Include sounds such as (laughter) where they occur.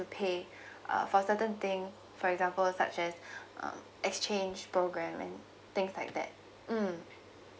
pay uh for certain thing for example such as (breath) uh exchange program and things like that mm